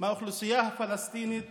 מהאוכלוסייה הפלסטינית